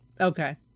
Okay